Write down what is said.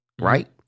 right